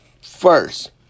first